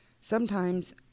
sometimes